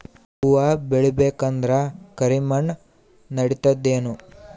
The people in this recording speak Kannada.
ಹುವ ಬೇಳಿ ಬೇಕಂದ್ರ ಕರಿಮಣ್ ನಡಿತದೇನು?